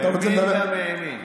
האמין גם האמין.